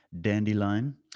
dandelion